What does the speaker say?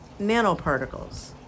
nanoparticles